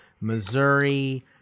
Missouri